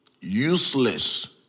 Useless